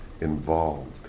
involved